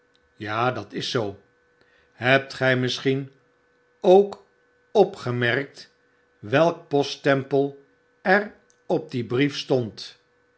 ja dat is zoo hebt gjj misschien ook opgemerkt welk poststempel er op dien brief stond